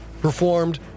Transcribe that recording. Performed